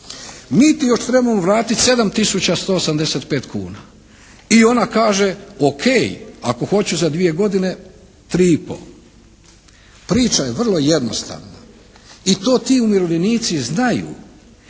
mi ti još trebamo vratiti 7 tisuća 175 kuna i ona kaže o.k. ako hoću za dvije godine 3 i pol. Priča je vrlo jednostavna i to ti umirovljenici znaju.